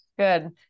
Good